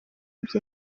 bye